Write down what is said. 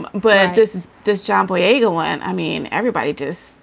but this is this john boyega one. i mean, everybody does.